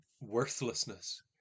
worthlessness